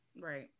right